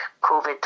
COVID